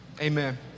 Amen